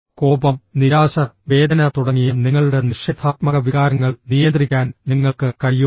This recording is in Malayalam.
കോപം നിരാശ വേദന തുടങ്ങിയ നിങ്ങളുടെ നിഷേധാത്മക വികാരങ്ങൾ നിയന്ത്രിക്കാൻ നിങ്ങൾക്ക് കഴിയുമോ